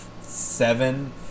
seven